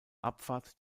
abfahrt